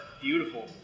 Beautiful